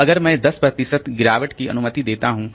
तो अगर मैं 10 प्रतिशत गिरावट की अनुमति देता हूं